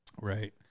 Right